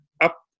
up